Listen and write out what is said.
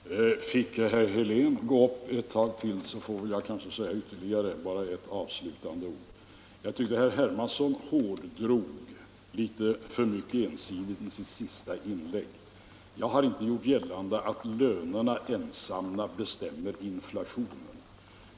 Herr talman! Fick herr Helén gå upp ett tag till, så får jag kanske säga ytterligare bara några avslutande ord. Jag tyckte att herr Hermansson hårdrog litet för ensidigt i sitt senaste inlägg. Jag har inte gjort gällande att lönerna ensamma bestämmer inflationen.